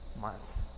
month